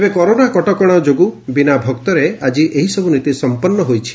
ତେବେ କରୋନା କଟକଶା ଯୋଗୁଁ ବିନା ଭକ୍ତରେ ଆକି ଏହି ସବୁ ନୀତି ସମ୍ମନ୍ନ ହୋଇଛି